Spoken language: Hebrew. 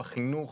בחינוך,